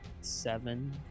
seven